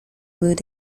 wood